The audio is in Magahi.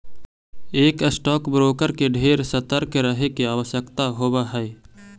एक स्टॉक ब्रोकर के ढेर सतर्क रहे के आवश्यकता होब हई